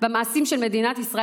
והמעשים של מדינת ישראל,